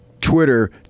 Twitter